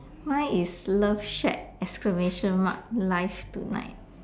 mine is love shack exclamation mark life tonight